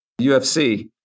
UFC